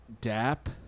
Dap